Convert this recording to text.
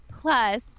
Plus